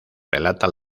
relata